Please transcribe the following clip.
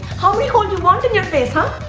how many hole you want in your face, huh?